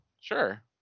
Sure